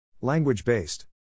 Language-based